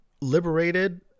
liberated